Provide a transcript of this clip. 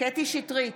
קטי קטרין שטרית,